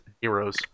heroes